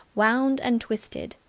wound and twisted.